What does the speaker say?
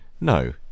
No